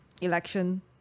election